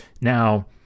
now